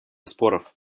споров